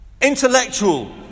Intellectual